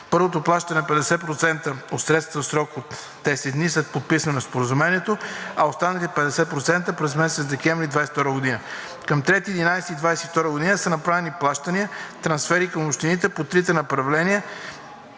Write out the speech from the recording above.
Първото плащане е 50% от средствата в срок от 10 дни след подписването на споразумението. А останалите 50% – през месец декември 2022 г. Към 3 ноември 2022 г. са направени плащания, трансфери към общините по трите направления